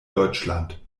deutschland